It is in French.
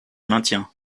maintiens